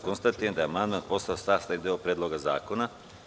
Konstatujem da je amandman postao sastavni deo Predloga zakona.